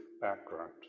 background